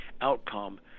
outcome